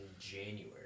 January